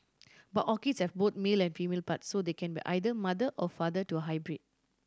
but orchids have both male and female parts so they can be either mother or father to hybrid